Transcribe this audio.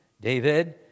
David